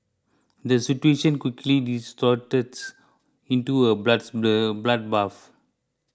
the situation quickly into a breads blue bloodbath